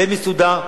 די מסודר.